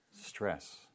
stress